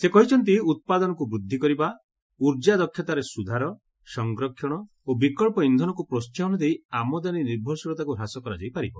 ସେ କହିଛନ୍ତି ଉପାଦନକୁ ବୃଦ୍ଧି କରିବା ଉର୍ଜା ଦକ୍ଷତାରେ ସୁଧାର ସଂରକ୍ଷଣ ଓ ବିକ୍ବ ଇକ୍ଷନକୁ ପ୍ରୋହାହନ ଦେଇ ଆମଦାନୀ ନିଭରଶୀଳତାକୁ ହ୍ରାସ କରାଯାଇ ପାରିବ